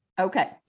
Okay